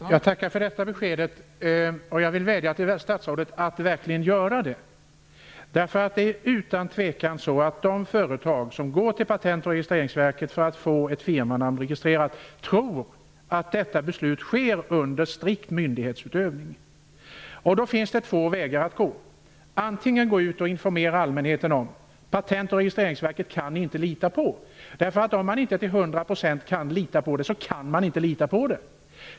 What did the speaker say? Fru talman! Jag tackar för detta besked. Jag vädjar till statsrådet att verkligen göra det här. De företag som går till Patent och registreringsverket för att få ett firmanamn registrerat tror utan tvivel att detta beslut fattas under strikt myndighetsutövning. Det finns två vägar att gå. Man kan informera allmänheten om att det inte går att lita på Patentoch registreringsverket. Om det inte går att lita på verket till 100 % går det nämligen inte att lita på det.